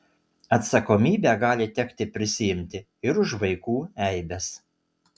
atsakomybę gali tekti prisiimti ir už vaikų eibes